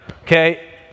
okay